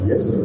Yes